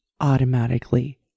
automatically